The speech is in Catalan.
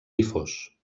difós